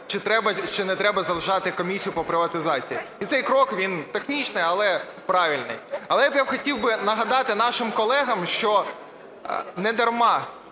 чи не треба залишати комісію по приватизації. І цей крок він технічний, але правильний. Але я б хотів нагадати нашим колегам, що недарма